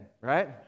right